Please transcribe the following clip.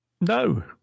No